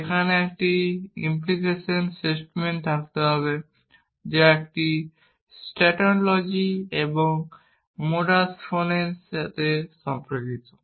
সেখানে একটি implication statement থাকতে হবে যা একটি ট্যান্টোলজি এবং মোডাস ফোননগুলির সাথে সম্পর্কিত